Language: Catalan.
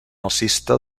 alcista